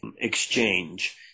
exchange